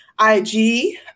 IG